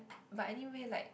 but anyway like